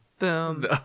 boom